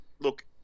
Look